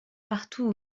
partout